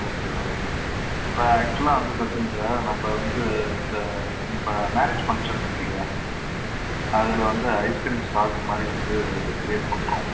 okay okay okay இப்போ ஆக்ஷுவலாக வந்து பார்த்தீங்க சார் நம்ப வந்து இந்த ப மேரேஜ் ஃபன்க்ஷன் இருக்குல்லையா அதில் வந்து ஐஸ்கிரீம்ஸ் ஸ்டால்ஸ் மாதிரி வந்து க்ரியேட் பண்ணுறோம்